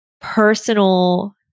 personal